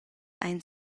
ein